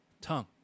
tongue